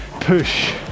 push